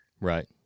Right